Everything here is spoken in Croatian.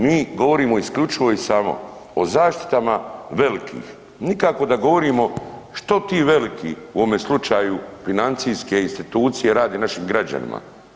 Mi govorimo isključivo i samo o zaštiti velikih, nikako da govorimo što ti veliki u ovome slučaju financijske institucije rade našim građanima.